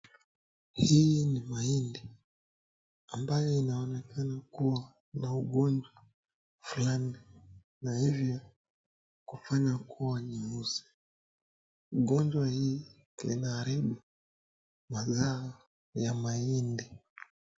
Hii ni mahindi ambayo inaonekana kuwa na ugonjwa fulani na hivyo kufanya kuwa nyeusi, ugonjwa hii inaharibu mazao ya mahindi.